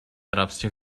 арабских